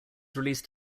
released